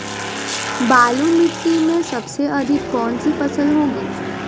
बालू मिट्टी में सबसे अधिक कौन सी फसल होगी?